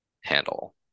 handle